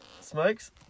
Smokes